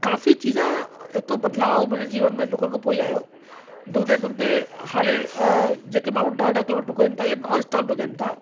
काफ़ी चीजां एतिरो बदिलाओ मुंहिंजे जीवन में ॾुकण खां पोइ ई आयो ॾुकंदे ॾुकंदे हाणे जेके माण्हू ॾह ॾह किलोमीटर ॾुकण था या नॉन स्तोप ॾुकण था